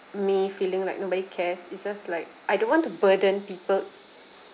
me feeling like nobody cares it's just like I don't want to burden people